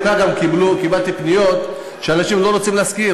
קיבלתי פניות שאנשים לא רוצים להשכיר,